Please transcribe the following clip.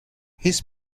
his